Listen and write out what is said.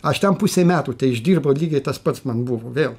aš ten pusė metų teišdirbau lygiai tas pats man buvo vėl